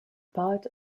part